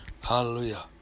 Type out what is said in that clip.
Hallelujah